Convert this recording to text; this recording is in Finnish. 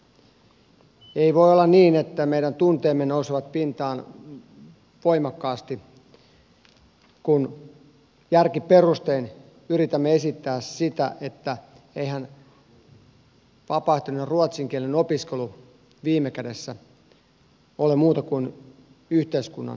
ei voi olla niin että meidän tunteemme nousevat pintaan voimakkaasti kun järkiperustein yritämme esittää sitä että eihän vapaaehtoinen ruotsin kielen opiskelu viime kädessä ole muuta kuin yhteiskunnan etu